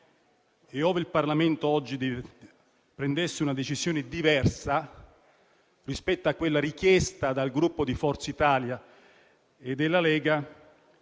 e, ove il Parlamento oggi prendesse una decisione diversa rispetto a quella richiesta dai Gruppi Forza Italia e Lega,